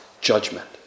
judgment